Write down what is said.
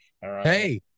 Hey